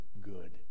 good